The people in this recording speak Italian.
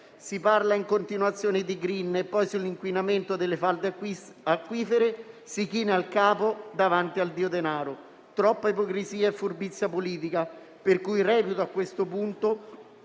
Si parla in continuazione di *green* e poi sull'inquinamento delle falde acquifere si china il capo davanti al dio denaro; troppa ipocrisia e furbizia politica. Mi chiedo a questo punto